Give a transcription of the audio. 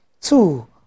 two